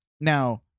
now